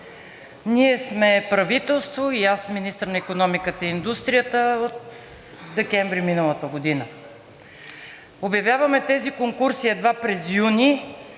Ние сме правителство и аз министър на икономиката и индустрията от декември миналата година. Обявяваме тези конкурси едва през юни,